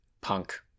punk